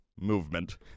movement